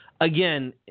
Again